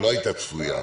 שלא הייתה צפויה,